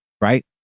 right